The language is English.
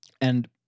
And-